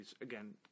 Again